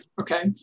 Okay